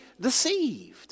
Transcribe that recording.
deceived